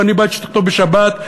ואני בעד שתכתוב בשבת,